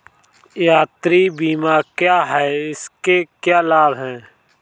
यात्रा बीमा क्या है इसके क्या लाभ हैं?